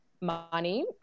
money